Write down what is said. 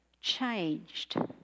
changed